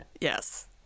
yes